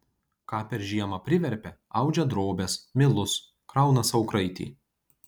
ką per žiemą priverpia audžia drobes milus krauna sau kraitį